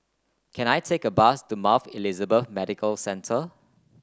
can I take a bus to Mount Elizabeth Medical Centre